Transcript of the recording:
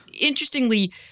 interestingly